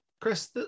Chris